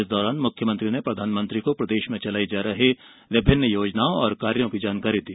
इस दौरान मुख्यमंत्री ने प्रधानमंत्री को प्रदेश में चलाई जा रही विभिन्न योजनाओं और कार्यों की जानकारी दी